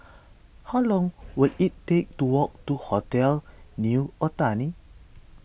how long will it take to walk to Hotel New Otani